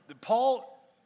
Paul